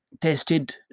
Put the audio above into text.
tested